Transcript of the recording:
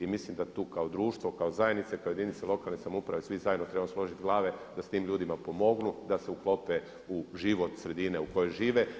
I mislim da tu kao društvo, kao zajednica, kao jedinice lokalne samouprave svi zajedno trebamo složiti glave da se tim ljudima pomogne da se uklope u život sredine u kojoj žive.